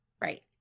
Right